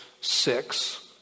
six